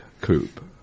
Coupe